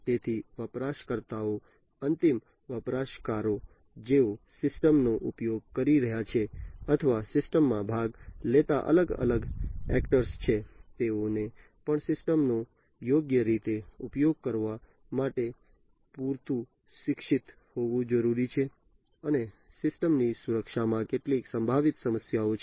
તેથી વપરાશકર્તાઓ અંતિમ વપરાશકારો જેઓ સિસ્ટમ નો ઉપયોગ કરી રહ્યાં છે અથવા સિસ્ટમમાં ભાગ લેતા અલગ અલગ એક્ટર્સછે તેઓને પણ સિસ્ટમ નો યોગ્ય રીતે ઉપયોગ કરવા માટે પૂરતું શિક્ષિત હોવું જરૂરી છે અને સિસ્ટમ ની સુરક્ષામાં કેટલીક સંભવિત સમસ્યાઓ છે